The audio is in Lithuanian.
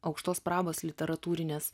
aukštos prabos literatūrinės